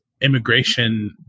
immigration